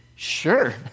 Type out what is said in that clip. Sure